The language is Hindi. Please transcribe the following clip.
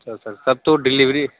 अच्छा सर तब तो डेलीवेरी